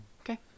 Okay